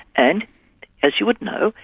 and as you would know,